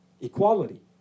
equality